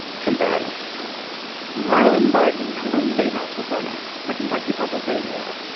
combative rylan barton is the statehouse reporter for kentucky public radio.